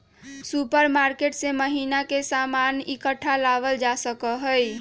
supermarket से महीना के सामान इकट्ठा लावल जा सका हई